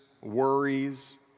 worries